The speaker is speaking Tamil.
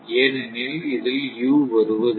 ஏனெனில் இதில் U வருவதில்லை